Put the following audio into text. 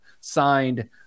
signed